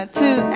two